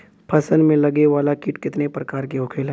फसल में लगे वाला कीट कितने प्रकार के होखेला?